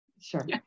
Sure